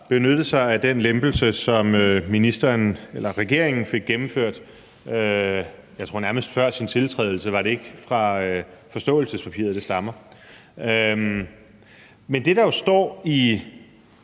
benyttet sig af den lempelse, som regeringen fik gennemført – nærmest før sin tiltrædelse, tror jeg. Er det ikke fra forståelsespapiret, det stammer? Men det, der jo står i